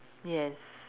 yes